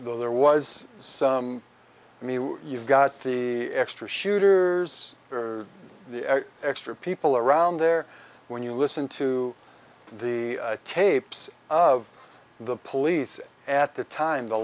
ere was some i mean you've got the extra shooters or the extra people around there when you listen to the tapes of the police at the time the